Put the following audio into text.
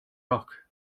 rock